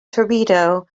torpedo